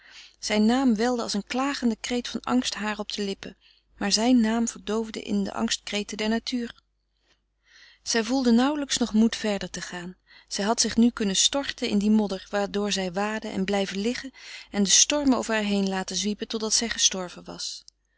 zijn naam welde als een klagende kreet van angst haar op de lippen maar zijn naam verdoofde in de angstkreten der natuur zij voelde nauwelijks nog moed verder te gaan zij had zich nu kunnen storten in die modder waardoor zij waadde en blijven liggen en de stormen over haar heen laten zwiepen totdat zij gestorven was